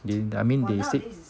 they I mean they said